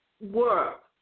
work